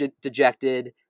dejected